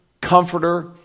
comforter